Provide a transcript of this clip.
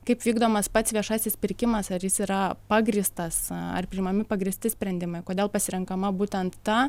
kaip vykdomas pats viešasis pirkimas ar jis yra pagrįstas ar priimami pagrįsti sprendimai kodėl pasirenkama būtent ta